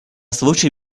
случай